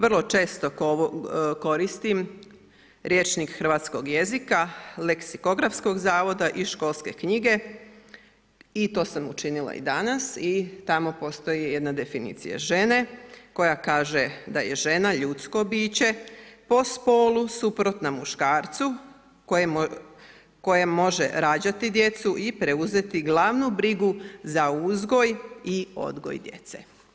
Vrlo često koristim rječnik hrvatskog jezika, leksikografskog zavoda i školske knjige i to sam učinila i danas i tamo postoji jedna definicija žene, koja kaže da je žena ljudsko biće, po spolu, suprotno muškarcu, koje može rađati djecu i preuzeti glavnu brigu za uzgoj i odgoj djece.